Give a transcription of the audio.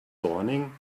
dawning